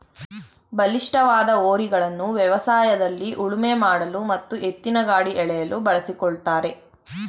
ಬಲಿಷ್ಠವಾದ ಹೋರಿಗಳನ್ನು ವ್ಯವಸಾಯದಲ್ಲಿ ಉಳುಮೆ ಮಾಡಲು ಮತ್ತು ಎತ್ತಿನಗಾಡಿ ಎಳೆಯಲು ಬಳಸಿಕೊಳ್ಳುತ್ತಾರೆ